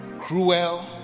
cruel